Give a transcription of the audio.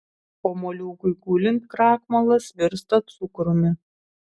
o moliūgui gulint krakmolas virsta cukrumi